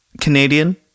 Canadian